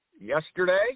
yesterday